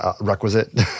requisite